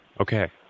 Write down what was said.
Okay